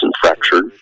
fractured